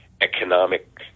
economic